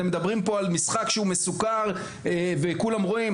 אתם מדברים פה על משחק שהוא מסוקר וכולם רואים.